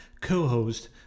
co-host